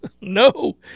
No